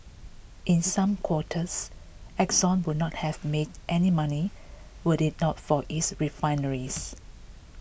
in some quarters Exxon would not have made any money were it not for its refineries